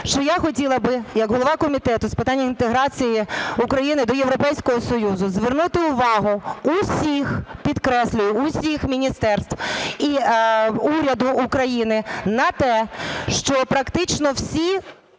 що я хотіла б як голова Комітету з питань інтеграції України до Європейського Союзу звернути увагу всіх, підкреслюю, усіх міністерств і уряду України на те, що практично всі